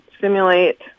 simulate